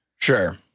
Sure